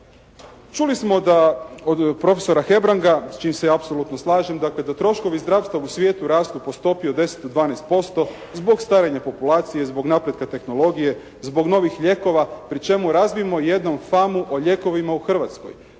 Čuli smo da, od profesora Hebranga s čim se ja apsolutno slažem dakle da troškovi zdravstva u svijetu rastu po stopi od 10 do 12% zbog starenja populacije, zbog napretka tehnologije, zbog novih lijekova pri čemu razbijmo jednom famu o lijekovima u Hrvatskoj.